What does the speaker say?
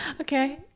Okay